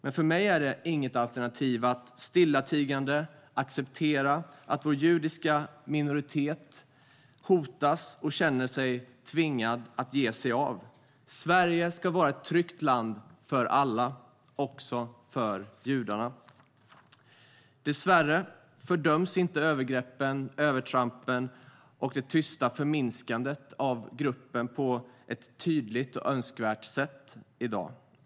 Men för mig är det inget alternativ att stillatigande acceptera att vår judiska minoritet hotas och känner sig tvingad att ge sig av. Sverige ska vara ett tryggt land för alla, också för judarna. Dessvärre fördöms inte övergreppen, övertrampen och det tysta förminskande av den här gruppen på ett tydligt och önskvärt sätt i dag.